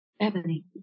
Ebony